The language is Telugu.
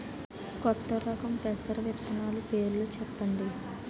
కొత్త రకం పెసర విత్తనాలు పేర్లు చెప్పండి?